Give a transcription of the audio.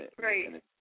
right